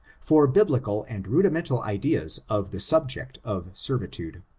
for biblical and rudimental ideas of the subject of servitude.